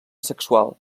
sexual